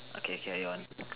okay carry on